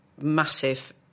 massive